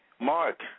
Mark